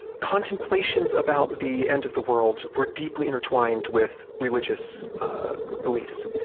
contemplations about the end of the world were deeply intertwined with religious beliefs,